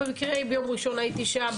במקרה ביום ראשון הייתי שם,